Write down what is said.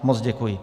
Moc děkuji.